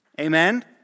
Amen